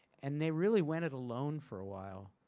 and they really went it alone for awhile.